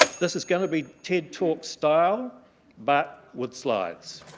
this is going to be ted talk style but with slides.